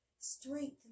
strength